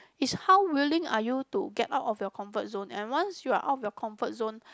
is how willing are you to get out of your comfort zone and once you're out of your comfort zone